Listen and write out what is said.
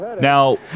Now